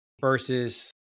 versus